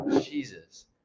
Jesus